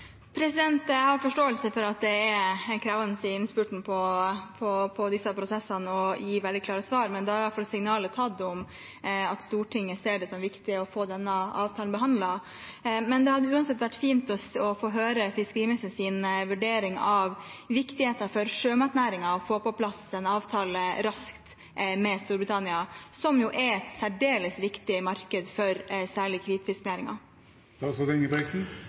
Jeg har forståelse for at det er krevende i innspurten av disse prosessene å gi veldig klare svar, men da er i hvert fall signalet tatt om at Stortinget ser det som viktig å få denne avtalen behandlet. Det hadde uansett vært fint å få høre fiskeriministerens vurdering av viktigheten av for sjømatnæringen å få på plass en avtale raskt med Storbritannia, som er et særdeles viktig marked for særlig